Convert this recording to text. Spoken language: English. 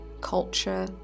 culture